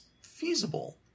feasible